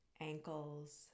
ankles